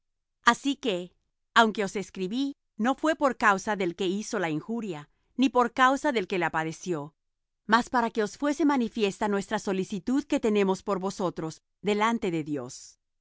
así que aunque os escribí no fué por causa del que hizo la injuria ni por causa del que la padeció mas para que os fuese manifiesta nuestra solicitud que tenemos por vosotros delante de dios